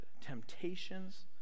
temptations